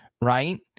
right